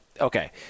okay